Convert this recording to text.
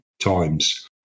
times